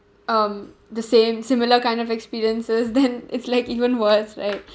um the same similar kind of experiences then it's like even worse right